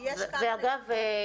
ואגב,